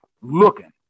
looking